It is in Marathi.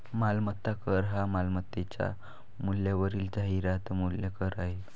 मालमत्ता कर हा मालमत्तेच्या मूल्यावरील जाहिरात मूल्य कर आहे